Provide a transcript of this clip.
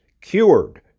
cured